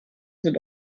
sind